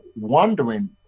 wondering